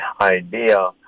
idea